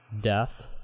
death